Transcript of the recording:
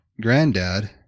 granddad